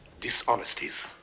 dishonesties